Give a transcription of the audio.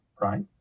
right